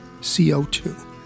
CO2